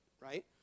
right